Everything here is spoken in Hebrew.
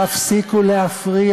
רק ביבי